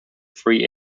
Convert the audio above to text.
free